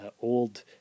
old